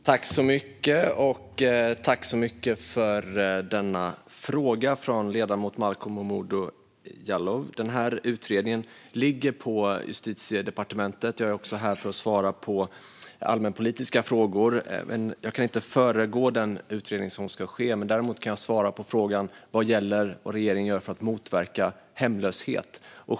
Fru talman! Jag tackar ledamoten Malcolm Momodou Jallow för frågan. Denna utredning ligger hos Justitiedepartementet. Jag är också här för att svara på allmänpolitiska frågor, men jag kan inte föregripa den utredning som ska ske. Däremot kan jag svara på vad regeringen gör för att motverka hemlöshet.